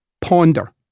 ponder